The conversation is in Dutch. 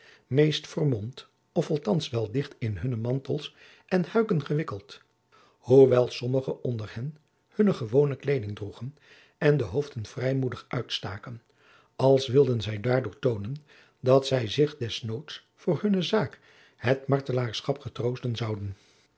meest vermomd of althands wel dicht in hunne mantels en huiken gewikkeld hoewel sommige onder hen hunne gewone kleeding droegen en de hoofden vrijmoedig uitstaken als wilden zij daardoor toonen dat zij zich des noods voor hunne zaak het martelaarschap getroosten zouden